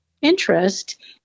interest